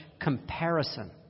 comparison